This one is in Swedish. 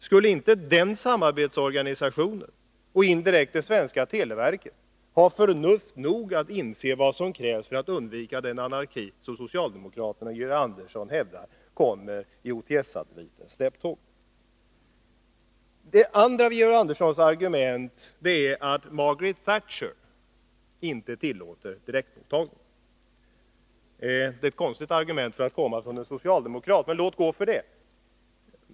Skulle inte den samarbetsorganisationen, och indirekt det svenska televerket, ha förnuft nog att inse vad som krävs för att undvika den anarki som socialdemokraten Georg Andersson hävdar kommer i OTS-satellitens släptåg? Georg Anderssons andra argument är att Margaret Thatcher inte tillåter direktmottagning. Det är ett konstigt argument för att komma från en socialdemokrat, men låt gå för det.